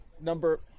number